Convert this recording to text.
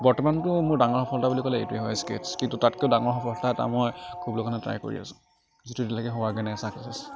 বৰ্তমানটো মোৰ ডাঙৰ সফলতা বুলি ক'লে এইটোৱেই হয় স্কেটছ কিন্তু তাতকৈ ডাঙৰ সফলতা এটা মই কৰিবলৈ কাৰণে ট্ৰাই কৰি আছোঁ যিটো এতিয়ালৈকে হোৱাগে নাই চাকচেছ